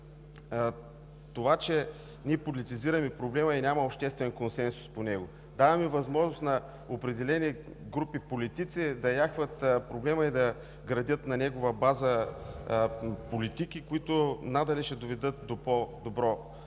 това, че ние политизираме проблема и няма обществен консенсус по него; даваме възможност на определени групи политици да яхват проблема и да градят на негова база политики, които надали ще доведат до по-добро